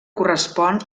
correspon